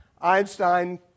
Einstein